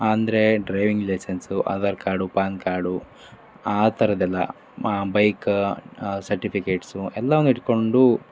ಅಂದರೆ driving licence Aadhaar card PAN card ಆಥರದ್ದೆಲ್ಲ ಮಾ ಬೈಕ ಸರ್ಟಿಫಿಕೇಟ್ಸು ಎಲ್ಲನೂ ಇಟ್ಕೊಂಡು